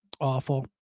Awful